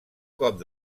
cop